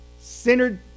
centered